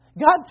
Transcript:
God